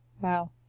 Wow